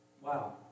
Wow